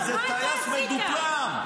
איזה טייס מדופלם.